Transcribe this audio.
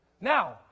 Now